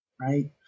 Right